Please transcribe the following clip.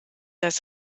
das